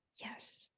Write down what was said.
Yes